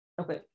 Okay